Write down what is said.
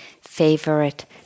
favorite